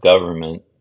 government